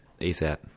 ASAP